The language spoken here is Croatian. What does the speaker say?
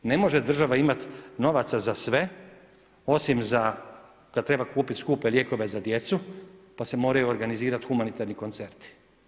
Ne može država imati novaca za sve osim za kad treba kupit skupe lijekove za djecu, pa se moraju organizirati humanitarni koncerti.